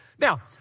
Now